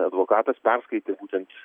advokatas perskaitė būtent